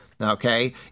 okay